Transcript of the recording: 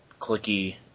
clicky